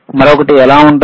మరొకటి ఎలా ఉంటుంది